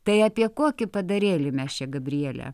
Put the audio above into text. tai apie kokį padarėlį mes čia gabriele